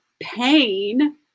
pain